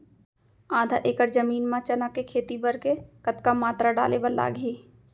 आधा एकड़ जमीन मा चना के खेती बर के कतका मात्रा डाले बर लागही?